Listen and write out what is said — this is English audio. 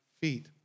feet